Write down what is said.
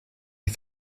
die